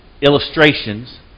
illustrations